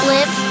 Live